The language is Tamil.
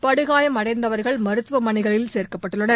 படுகாயம் அடைந்தவர்கள் மருத்துவமனைகளில் சேர்க்கப்பட்டனர்